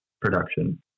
production